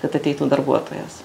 kad ateitų darbuotojas